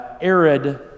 arid